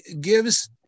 gives